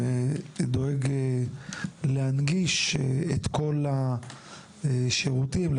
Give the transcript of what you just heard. שדואג להנגיש את כל השירותים לכל הדוברים,